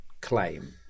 claim